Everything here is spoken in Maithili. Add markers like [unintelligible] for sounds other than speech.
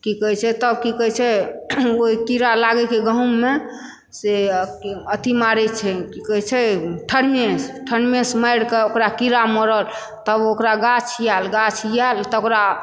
की कहै छै तब की कहै छै ओहि कीड़ा लागै के गहूॅंममे से अथी मारै छै की कहै छै [unintelligible] मारि कऽ ओकरा कीड़ा मरल तब ओकरा गाछ आयल गाछ आयल तऽ ओकरा